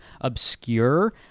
obscure